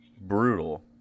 brutal